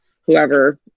whoever